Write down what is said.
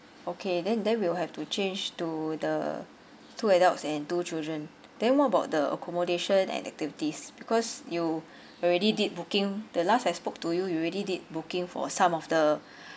okay then then we will have to change to the two adults and two children then what about the accommodation and activities because you already did booking the last I spoke to you you already did booking for some of the